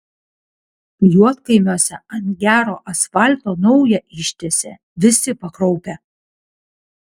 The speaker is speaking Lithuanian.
juodkaimiuose ant gero asfalto naują ištiesė visi pakraupę